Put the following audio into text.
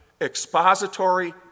expository